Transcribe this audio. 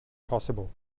possible